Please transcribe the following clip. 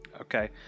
Okay